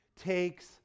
takes